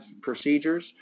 procedures